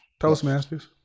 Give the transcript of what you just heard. Toastmasters